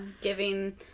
giving